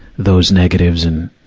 those negatives and,